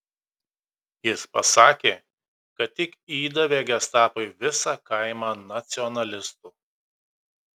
jis pasakė kad tik įdavė gestapui visą kaimą nacionalistų